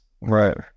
right